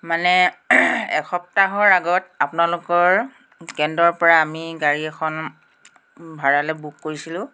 মানে সপ্তাহৰ আগত আপোনালোকৰ কেন্দৰপৰা আমি গাড়ী এখন ভাড়ালৈ বুক কৰিছিলোঁ